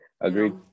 Agreed